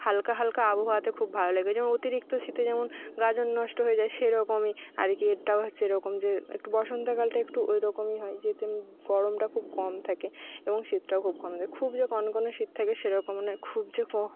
হালকা হালকা আবহাওয়াতে খুব ভালো লাগে ওই যেমন অতিরিক্ত শীতে যেমন গাজন নষ্ট হয়ে যায় সেরকমই আর কি এটাও হচ্চে এরকম যে একটু বসন্তকালটা একটু ওই রকমই হয় যেহেতু গরমটা খুব কম থাকে এবং শীতটাও খুব কম থাকে খুব যে কনকনে শীত থাকে সেরকমও নয় খুব যে